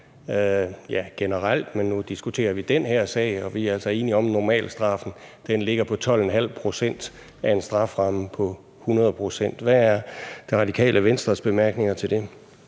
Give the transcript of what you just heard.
generelt, men nu diskuterer vi den her sag, og vi er altså enige om, at normalstraffen ligger på 12,5 pct. af en strafferamme på 100 pct.? Hvad er Det Radikale Venstres bemærkninger til det?